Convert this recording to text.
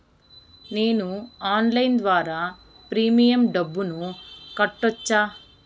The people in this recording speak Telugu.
నేను ఆన్లైన్ ద్వారా ప్రీమియం డబ్బును కట్టొచ్చా?